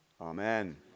Amen